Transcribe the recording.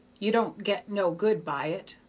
you don't get no good by it.